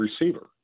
receiver